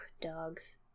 dogs